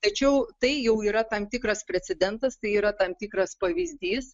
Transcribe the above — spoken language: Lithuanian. tačiau tai jau yra tam tikras precedentas tai yra tam tikras pavyzdys